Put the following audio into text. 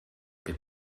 que